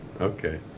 okay